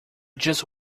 just